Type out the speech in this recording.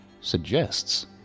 suggests